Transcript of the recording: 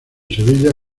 sevilla